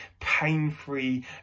pain-free